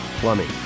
Plumbing